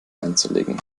einzulegen